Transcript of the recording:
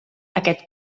aquest